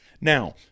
Now